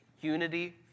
unity